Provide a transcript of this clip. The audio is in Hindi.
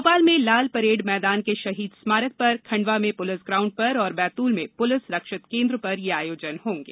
भोपाल में लालपरेड मैदान पर खंडवा में पुलिस ग्राउण्ड पर और बैतूल में पुलिस रक्षित केन्द्र पर यह आयोजन होगे